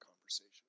conversation